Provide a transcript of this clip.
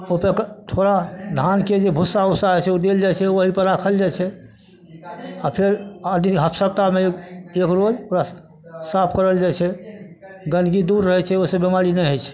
ओतऽ थोड़ा धानके जे भूस्सा ओस्सा होइत छै ओ देल जाइत छै ओहि पर राखल जाइ छै आ फेर आठ दिन सप्ताहमे एक रोज ओकरा साफ करल जाइत छै गंदगी दूर रहै छै ओहिसँ बिमारी नहि होइत छै